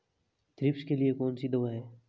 Thrips के लिए कौन सी दवा है?